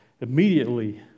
Immediately